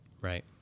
Right